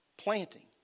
Planting